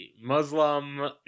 Muslim